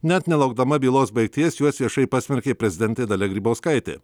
net nelaukdama bylos baigties juos viešai pasmerkė prezidentė dalia grybauskaitė